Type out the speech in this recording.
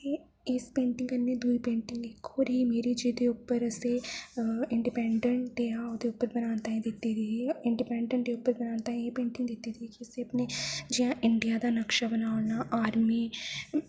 ते इस पेंटिंग कन्नै दूई पेंटिंग इक होर ही मेरी जेह्दे उप्पर असें इंडिपेंडेंस डे हा ओह्दे उप्पर बनाने ताहीं दित्ती दी ही इंडिपेंडेंस डे उप्पर बनाने ताहीं एह् पेंटिंग दित्ती दी ही कि तुसें अपने जि'यां इंडिया दा नक़्शा बनाना आर्मी